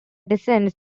descends